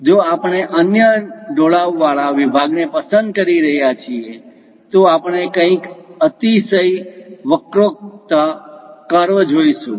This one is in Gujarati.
જો આપણે અન્ય ઢોળાવવાળા વિભાગને પસંદ કરી રહ્યા છીએ તો આપણે કંઈક અતિશય વક્રોક્ત કર્વ જોશું